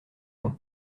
fond